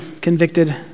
convicted